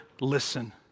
listen